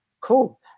cool